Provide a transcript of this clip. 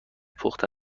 پخته